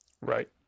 Right